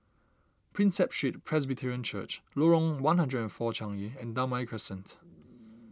Prinsep Street Presbyterian Church Lorong one hundred and four Changi and Damai Crescent